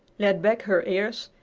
laid back her ears,